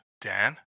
Dan